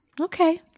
Okay